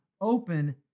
open